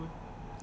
ya